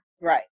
Right